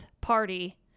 party